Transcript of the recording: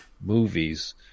movies